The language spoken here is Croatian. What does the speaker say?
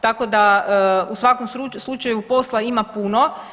Tako da u svakom slučaju posla ima puno.